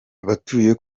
abatuye